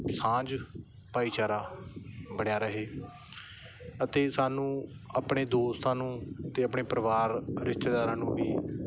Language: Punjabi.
ਸਾਂਝ ਭਾਈਚਾਰਾ ਬਣਿਆ ਰਹੇ ਅਤੇ ਸਾਨੂੰ ਆਪਣੇ ਦੋਸਤਾਂ ਨੂੰ ਅਤੇ ਆਪਣੇ ਪਰਿਵਾਰ ਰਿਸ਼ਤੇਦਾਰਾਂ ਨੂੰ ਵੀ